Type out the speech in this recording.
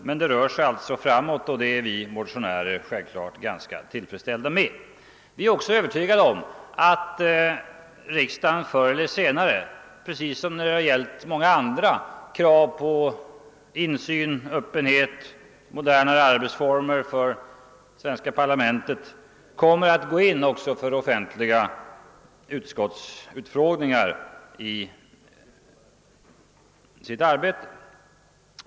Men det rör sig alltså framåt, och det är vi motionärer självfallet ganska tillfredsställda med. Vi är också övertygade om att riksdagen förr eller senare — precis som när det gällt många andra krav på insyn, öppenhet och modernare arbetsformer för det svenska parlamentet — kommer att gå in för offentliga utskottsutfrågningar i sitt arbete.